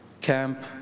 camp